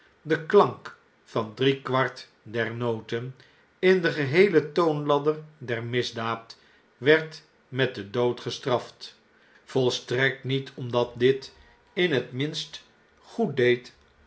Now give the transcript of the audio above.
de klank van driekwart der noten in de geheele toonladder der misdaad werd met den dood gestraft voistrekt niet omdat dit in t minste goeddeed